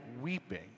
weeping